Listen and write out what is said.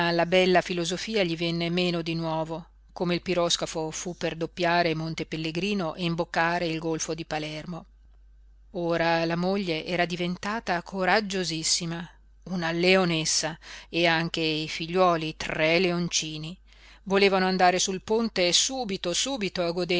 la bella filosofia gli venne meno di nuovo come il piroscafo fu per doppiare monte pellegrino e imboccare il golfo di palermo ora la moglie era diventata coraggiosissima una leonessa e anche i figliuoli tre leoncini volevano andare sul ponte subito subito